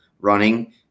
running